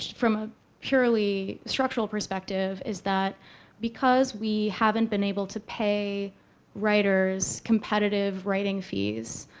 from a purely structural perspective is that because we haven't been able to pay writers competitive writing fees,